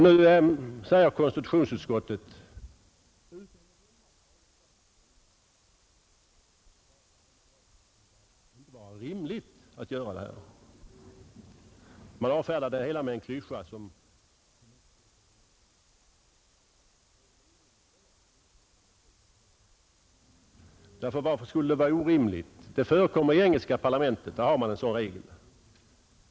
Nu säger konstitutionsutskottet — faktiskt utan ett enda sakskäl — att man inte kan anta ett sådant här förslag, för det skulle inte vara rimligt. Man avfärdar det hela med en klyscha som inte förpliktar till någonting. Det som är orimligt är att ett utskott kan bete sig på det sättet. Varför skulle ett förbud mot manuskript vara orimligt? I det engelska parlamentet har man en sådan regel, och i den tyska förbundsdagen förekommer den också.